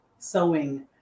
sewing